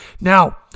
Now